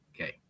Okay